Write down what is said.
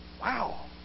Wow